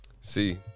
See